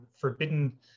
forbidden